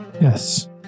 Yes